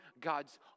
God's